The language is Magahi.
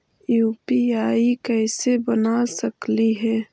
यु.पी.आई कैसे बना सकली हे?